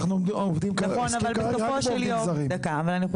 אבל אנחנו מתעסקים כרגע רק עם עובדים זרים.